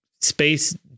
space